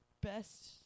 best